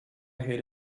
hate